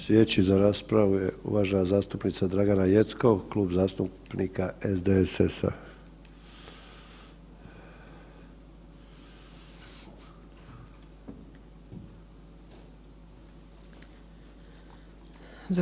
Sljedeći za raspravu je uvažena zastupnica Dragana Jeckov, Klub zastupnika SDSS-a.